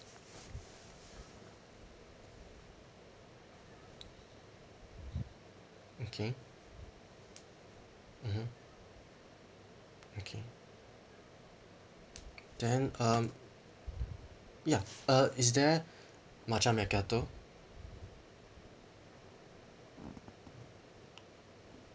okay mmhmm okay then um ya uh is there matcha mercato